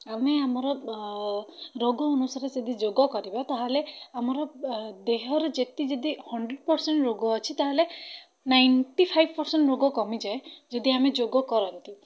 ଆମେ ଆମର ରୋଗ ଅନୁସାରେ ଯଦି ଯୋଗ କରିବା ତାହାଲେ ଆମର ବ ଦେହର ଯେତେ ଯଦି ହନ୍ଡ଼୍ରେଡ଼ ପରସେଣ୍ଟ୍ ରୋଗ ଅଛି ତାହାଲେ ନାଇଣ୍ଟିଫାଇଭ୍ ପରସେଣ୍ଟ ରୋଗ କମିଯାଏ ଯଦି ଆମେ ଯୋଗ କରନ୍ତି